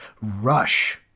Rush